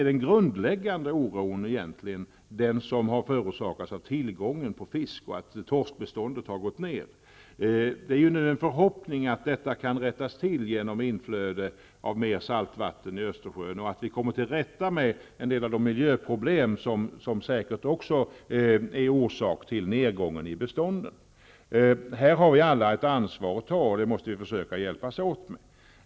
Den grundläggande oron kommer sig egentligen av tillgången på fisk -- bl.a. har torskbeståndet gått ned. Det är vår förhoppning att detta kan rättas till genom inflöde av mer saltvatten i Östersjön och genom att man kan komma till rätta med en del av de miljöproblem som säkert också är en bidragande orsak till nedgången i beståndet. Här har vi alla ett ansvar som vi alla måste försöka hjälpas åt ta.